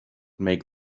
make